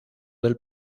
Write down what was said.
del